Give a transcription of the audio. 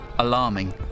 alarming